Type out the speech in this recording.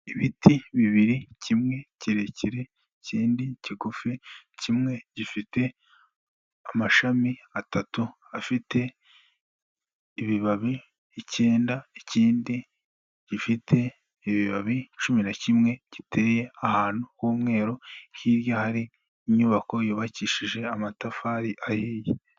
Ibiti bibiri, kimwe kirekire ikindi kigufi, kimwe gifite amashami atatu, afite ibibabi icyenda, ikindi gifite ibibabi cumi na kimwe, giteye ahantu h'umweru, hirya hari inyubako yubakishije amatafari ahiye.